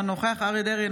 אינו נוכח אריה מכלוף דרעי,